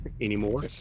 anymore